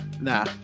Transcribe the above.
Nah